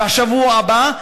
השבוע הבא,